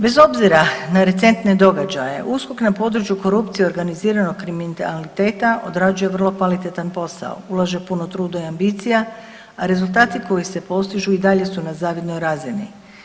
Bez obzira na recentne događaje, USKOK na području korupcije i organiziranog kriminaliteta odrađuje vrlo kvalitetan posao, ulaže puno truda i ambicija, a rezultati koji se postižu i dalje su na zavidnoj razini.